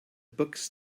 books